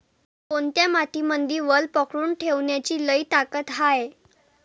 कोनत्या मातीमंदी वल पकडून ठेवण्याची लई ताकद हाये?